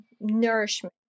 nourishment